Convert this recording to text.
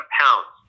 pounds